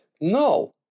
No